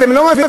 אתם לא מבינים,